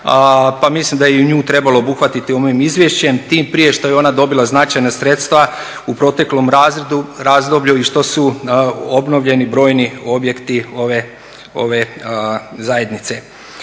pa mislim da je i nju trebalo obuhvatiti ovim izvješćem, tim prije što je ona dobila značajna sredstva u proteklom razdoblju i što su obnovljeni brojni objekti ove zajednice.